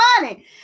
money